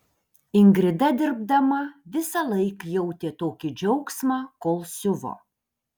ingrida dirbdama visąlaik jautė tokį džiaugsmą kol siuvo